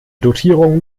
dotierung